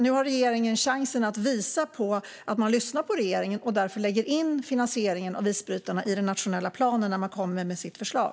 Nu har regeringen chansen att visa att man lyssnar på riksdagen och därför lägger in finansieringen av isbrytarna i den nationella planen när man kommer med sitt förslag.